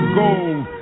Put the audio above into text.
gold